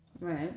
Right